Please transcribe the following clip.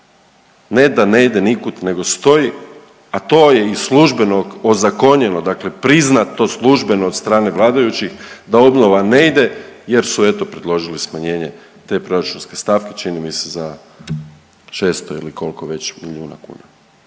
ne da ne ide nikud nego stoji, a to je i službeno ozakonjeno, dakle priznato službeno od strane vladajućih da obnova ne ide jer su eto predložili smanjenje te proračunske stavke čini mi se za 600 ili koliko već milijuna kuna,